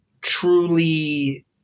truly –